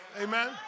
Amen